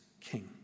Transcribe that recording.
king